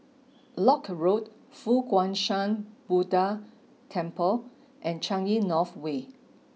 Lock Road Fo Guang Shan Buddha Temple and Changi North Way